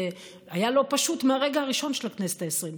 היה לא פשוט מהרגע הראשון של הכנסת העשרים,